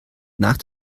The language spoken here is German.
nach